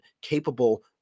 capable